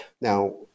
Now